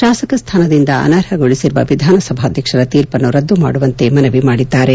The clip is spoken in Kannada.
ಶಾಸಕ ಸ್ಥಾನದಿಂದ ಅನರ್ಹಗೊಳಿಸಿರುವ ವಿಧಾನಸಭಾಧ್ವಕ್ಷರ ತೀರ್ಪನ್ನು ರದ್ದು ಮಾಡುವಂತೆ ಮನವಿ ಮಾಡಿದ್ದಾರೆ